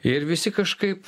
ir visi kažkaip